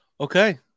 Okay